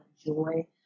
joy